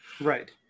Right